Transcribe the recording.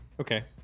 Okay